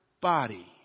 body